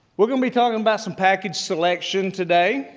we're going to be talking about some package selection today.